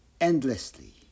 endlessly